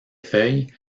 feuilles